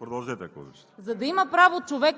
НАДЯ КЛИСУРСКА-ЖЕКОВА: За да има право човек